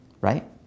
right